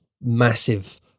massive